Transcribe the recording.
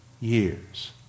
years